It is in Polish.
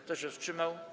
Kto się wstrzymał?